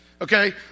Okay